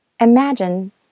Imagine